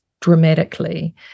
dramatically